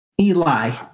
Eli